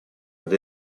над